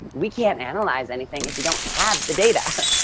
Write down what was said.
we can't analyze anything if you don't have the data.